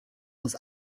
aus